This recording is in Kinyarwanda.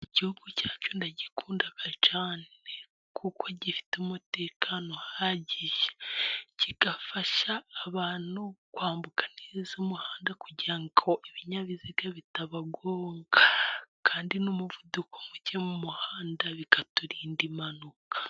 Igihugu cyacu ndagikunda cyane kuko gifite umutekano uhagije, kigafasha abantu kwambuka neza umuhanda kugirango ibinyabiziga bitabagonga, kandi n'umuvuduko muke mu muhanda bikaturinda impanuka.